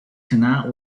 cannot